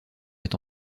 est